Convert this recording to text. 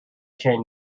chain